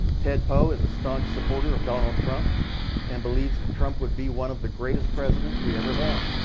ted poe is a staunch supporter of donald trump and believes that trump would be one of the greatest presidents we ever had.